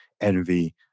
envy